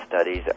studies